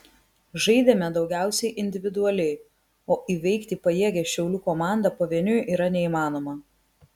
žaidėme daugiausiai individualiai o įveikti pajėgią šiaulių komandą pavieniui yra neįmanoma